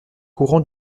courant